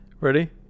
Ready